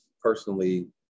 personally